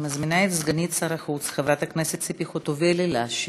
אני מזמינה את סגנית שר החוץ ציפי חוטובלי להשיב.